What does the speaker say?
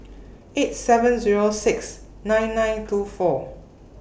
eight seven Zero six nine nine two four